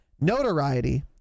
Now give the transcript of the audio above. Notoriety